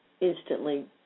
instantly